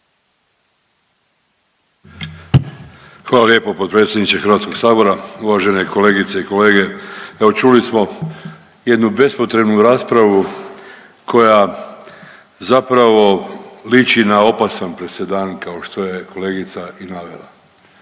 Hvala lijepo potpredsjedniče sabora. Uvažene kolegice i kolege, evo čuli smo jednu bespotrebnu raspravu koja zapravo liči na opasan presedan kao što je i kolegica i navela.